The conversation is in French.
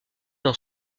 dans